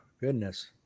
goodness